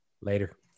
Later